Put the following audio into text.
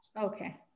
Okay